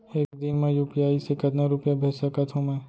एक दिन म यू.पी.आई से कतना रुपिया भेज सकत हो मैं?